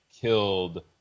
killed